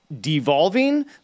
devolving